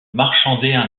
marchandaient